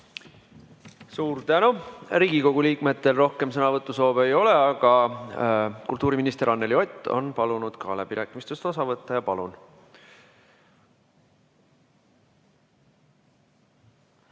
Suur tänu! Riigikogu liikmetel rohkem sõnavõtusoove ei ole, aga kultuuriminister Anneli Ott on palunud ka võimalust läbirääkimistest osa võtta. Palun!